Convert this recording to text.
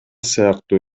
сыяктуу